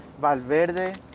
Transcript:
Valverde